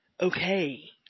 okay